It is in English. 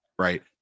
right